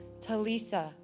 Talitha